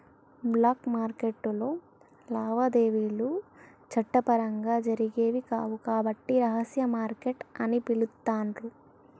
black మార్కెట్టులో లావాదేవీలు చట్టపరంగా జరిగేవి కావు కాబట్టి రహస్య మార్కెట్ అని పిలుత్తాండ్రు